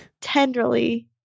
tenderly